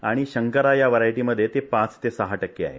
आणि शंकराच्या या व्हरायटी मध्ये ते पाच ते सहा टक्के आहे